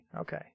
okay